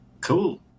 cool